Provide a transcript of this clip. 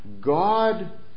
God